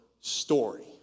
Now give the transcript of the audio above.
story